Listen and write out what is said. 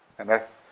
and that's,